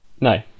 No